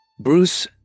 Bruce